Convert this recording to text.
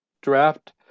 draft